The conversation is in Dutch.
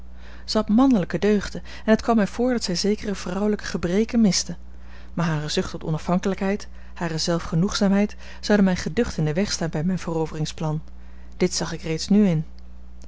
had mannelijke deugden en het kwam mij voor dat zij zekere vrouwelijke gebreken miste maar hare zucht tot onafhankelijkheid hare zelfgenoegzaamheid zouden mij geducht in den weg staan bij mijn veroveringsplan dit zag ik reeds nu in